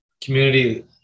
community